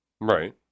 Right